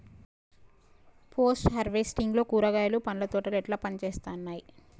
Post harvesting లో కూరగాయలు పండ్ల తోటలు ఎట్లా పనిచేత్తనయ్?